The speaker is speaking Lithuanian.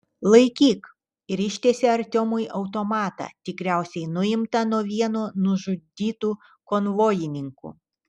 laikyk ir ištiesė artiomui automatą tikriausiai nuimtą nuo vieno nužudytų konvojininkų